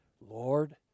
Lord